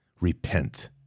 repent